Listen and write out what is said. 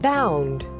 Bound